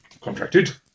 contracted